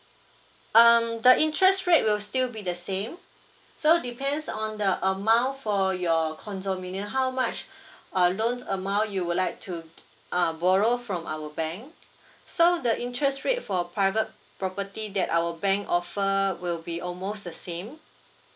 um the interest rate will still be the same so depends on the amount for your condominium how much uh loan amount you would like to uh borrow from our bank so the interest rate for private property that our bank offer will be almost the same